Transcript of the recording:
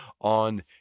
on